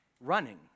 running